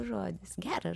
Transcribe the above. žodis geras